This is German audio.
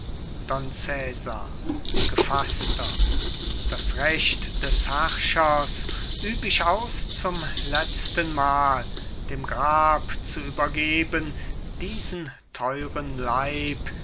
gefaßter das recht des herrschers üb ich aus zum letzten mal dem grab zu übergeben diesen theuren leib